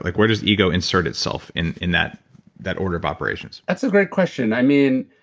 like where does ego insert itself in in that that order of operations? that's a great question. i mean,